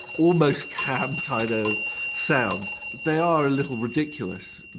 almost cab kind of sound. they are a little ridiculous,